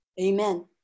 Amen